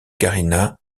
karina